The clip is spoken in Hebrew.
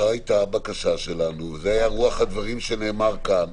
זו הייתה הבקשה שלנו וזאת הייתה רוח הדברים שנאמרו כאן.